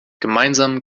gemeinsam